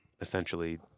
essentially